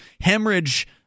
hemorrhage